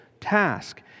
task